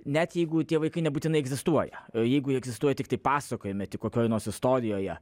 net jeigu tie vaikai nebūtinai egzistuoja jeigu jie egzistuoja tiktai pasakojime tik kokioje nors istorijoje